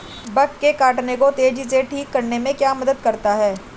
Bug के काटने को तेजी से ठीक करने में क्या मदद करता है?